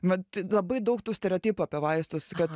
vat labai daug tų stereotipų apie vaistus kad